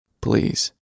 Please